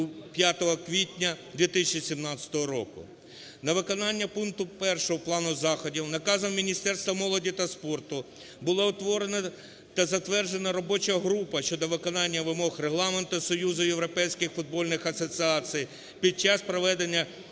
5 квітня 2017 року. На виконання пункту 1 плану заходів наказом Міністерства молоді та спорту було утворена та затверджена робоча група щодо виконання вимог регламенту Союзу європейських футбольних асоціацій під час проведення